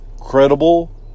credible